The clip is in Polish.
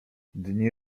dni